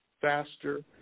faster